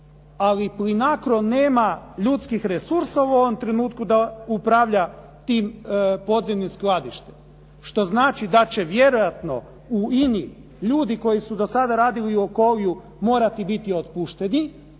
ali Plinacro nema ljudskih resursa u ovom trenutku da upravlja tim podzemnim skladište, što znači da će vjerojatno u INA-i ljudi koji su do sada radili u Okoliju morati biti otpušteni,